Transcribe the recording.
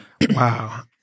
Wow